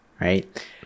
right